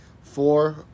Four